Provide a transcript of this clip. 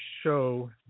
show